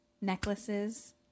necklaces